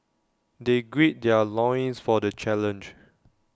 they gird their loins for the challenge